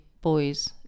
boys